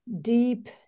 deep